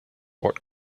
what